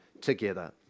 together